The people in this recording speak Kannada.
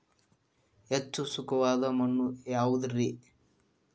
ಹೆಚ್ಚು ಖಸುವಾದ ಮಣ್ಣು ಯಾವುದು ರಿ?